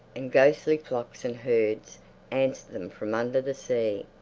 and ghostly flocks and herds answered them from under the sea.